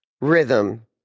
rhythm